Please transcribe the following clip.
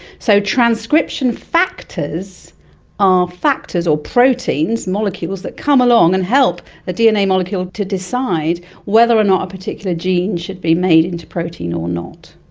so transcription factors are factors or proteins, molecules that come along and help the dna molecule to decide whether or not a particular gene should be made into protein or not.